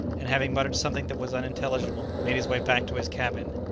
and having muttered something that was unintelligible, made his way back to his cabin.